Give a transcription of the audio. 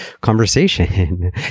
conversation